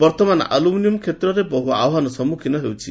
ବର୍ଉମାନ ଆଲୁମିନିୟମ୍ ଷେତ୍ର ବହୁ ଆହ୍ୱାନର ସମ୍ମୁଖୀନ ହେଉଛି